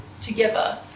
together